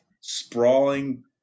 sprawling